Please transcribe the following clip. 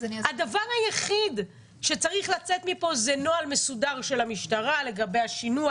הדבר היחיד שצריך לצאת מפה זה נוהל מסודר של המשטרה לגבי השינוע,